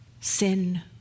sin